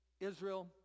Israel